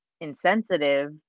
insensitive